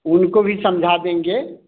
उनको भी समझा देंगे